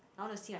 I want to see my